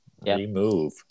remove